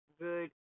good